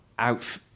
out